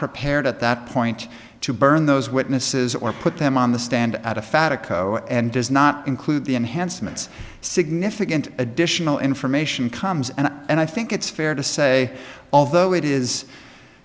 prepared at that point to burn those witnesses or put them on the stand at a fattah co and does not include the enhancements significant additional information comes and and i think it's fair to say although it is